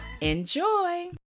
Enjoy